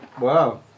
Wow